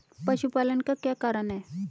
पशुपालन का क्या कारण है?